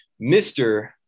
Mr